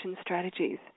strategies